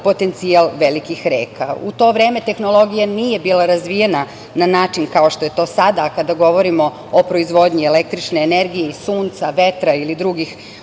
potencijal velikih reka. U to vreme tehnologija nije bila razvijena na način kao što je to sada, a kada govorimo o proizvodnji električne energije, sunca, vetra ili drugih